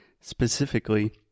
specifically